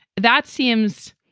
that seems,